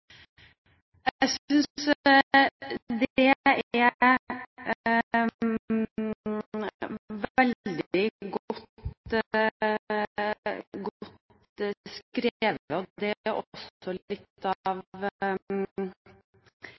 Jeg synes dette er veldig godt skrevet. Dette er også litt av